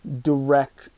direct